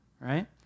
right